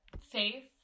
faith